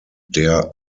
der